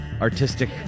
artistic